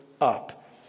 up